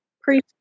priest